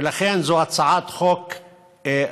ולכן זו הצעת חוק ראויה.